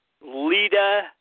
Lita